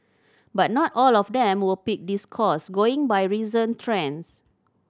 but not all of them will pick this course going by recent trends